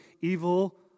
evil